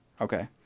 okay